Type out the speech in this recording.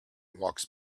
walks